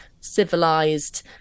civilized